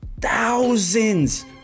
thousands